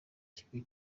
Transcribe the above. kimwe